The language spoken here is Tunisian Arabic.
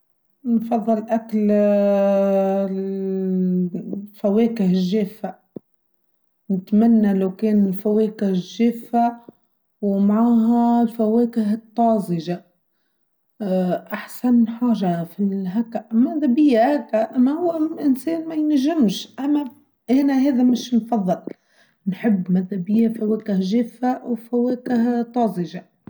نفضل أكل الفواكه الجافة نتمنى لو كان الفواكه الجافة ومعها الفواكه الطازجة أحسن حاجة في الهكة ما دبيا هكا ما هو إنسان ما ينجمش أنا هذا مش نفضل نحب ما دبيا فواكه جافة وفواكه طازجة.